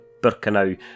Birkenau